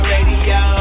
Radio